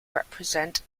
represent